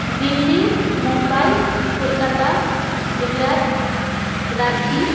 Delhi Mumbai Kolkata Gujarat Ranchi